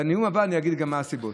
בנאום הבא אני אגיד גם מה הסיבות.